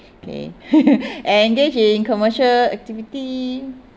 okay and engage in commercial activity